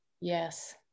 Yes